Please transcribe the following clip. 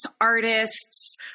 artists